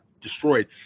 destroyed